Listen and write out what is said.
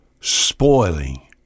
spoiling